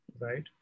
right